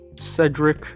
Cedric